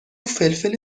فلفل